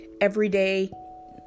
everyday